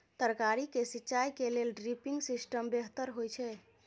तरकारी के सिंचाई के लेल ड्रिपिंग सिस्टम बेहतर होए छै?